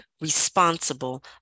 responsible